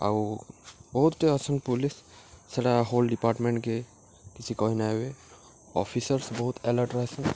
ଆଉ ବହୁତ ଅସନ୍ ପୋଲିସ୍ ସେଟା ହୋଲ୍ ଡ଼ିପାର୍ଟମେଣ୍ଟକେ କିଛି କହି ନାଇଁ ଏବେ ଅଫିସର୍ସ୍ ବହୁତ ଆଲାର୍ଟ ରେହସନ୍